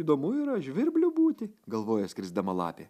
įdomu yra žvirbliu būti galvoja skrisdama lapė